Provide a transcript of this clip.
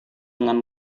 dengan